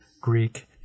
Greek